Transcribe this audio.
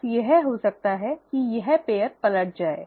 बस यह हो सकता है कि यह जोड़ी पलट जाए